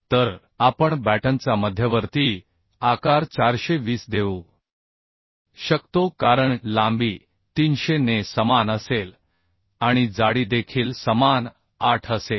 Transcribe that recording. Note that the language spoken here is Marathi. तर आपण बॅटनचा मध्यवर्ती आकार 420 देऊ शकतो कारण लांबी 300 ने समान असेल आणि जाडी देखील समान 8 असेल